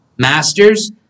Masters